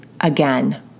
again